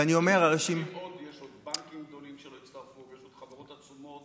יש עוד בנקים גדולים שלא הצטרפו וחברות עצומות